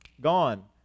gone